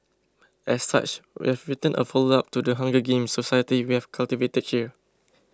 as such we've written a follow up to the Hunger Games society we have cultivated here